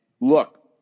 look